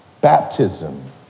baptism